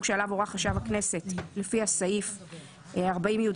שעליו הורה חשב הכנסת לפי סעיף 40י(א)(1),